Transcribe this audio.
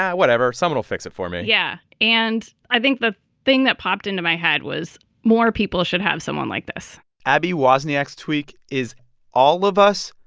whatever. someone'll fix it for me yeah. and i think the thing that popped into my head was, more people should have someone like this abbie wozniak's tweak is all of us,